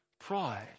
Pride